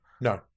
no